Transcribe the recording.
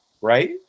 right